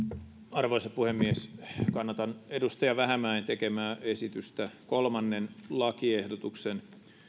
arvoisa puhemies kannatan edustaja vähämäen tekemää esitystä kolmannen lakiehdotuksen